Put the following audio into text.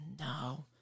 No